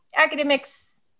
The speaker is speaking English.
academics